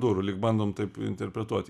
durų lyg bandom taip interpretuot